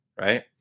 right